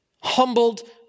humbled